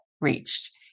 reached